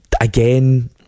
again